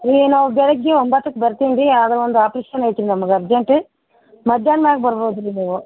ಇಲ್ಲಿ ನಾವು ಬೆಳಗ್ಗೆ ಒಂಬತ್ತಕ್ಕೆ ಬರ್ತೀನಿ ರೀ ಆಗ ಒಂದು ಅಫ್ರಿಷನ್ ಐತ್ರಿ ನಮಗೆ ಅರ್ಜೆಂಟ್ ಮಧ್ಯಾಹ್ನ ಮ್ಯಾಗೆ ಬರ್ಬೋದು ರೀ ನೀವು